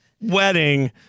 wedding